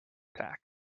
tax